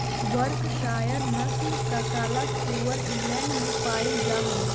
Berkshire नस्ल का काला सुअर इंग्लैण्ड में पायिल जा हई